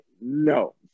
No